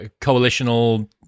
coalitional